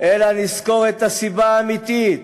אלא נזכור את הסיבה האמיתית